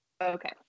Okay